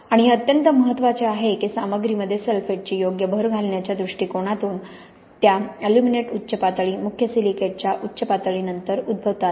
आणि हे अत्यंत महत्वाचे आहे की सामग्रीमध्ये सल्फेटची योग्य भर घालण्याच्या दृष्टिकोनातून त्या अल्युमिनेट उच्च पातळी मुख्य सिलिकेटच्या उच्च पातळीनंतर उद्भवतात